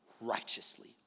righteously